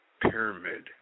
Pyramid